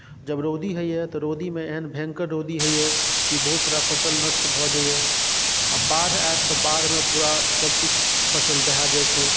जब रौदी होइए तऽ रौदीमे एहन भयङ्कर रौदी होइए कि बहुत सारा फसल नष्ट भऽ जाइए आ बाढ़ि आयत तऽ बाढ़िमे पूरा सभकुछ फसल दहाए जाइत छै